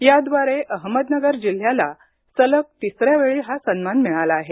याद्वारे अहमदनगर जिल्ह्याला सलग तिसऱ्या वेळी हा सन्मान मिळाला आहे